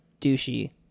douchey